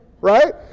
right